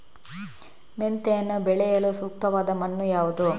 ಮೆಂತೆಯನ್ನು ಬೆಳೆಯಲು ಸೂಕ್ತವಾದ ಮಣ್ಣು ಯಾವುದು?